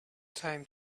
time